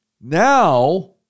Now